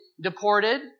deported